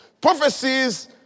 Prophecies